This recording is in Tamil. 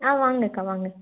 ஆ வாங்கக்கா வாங்க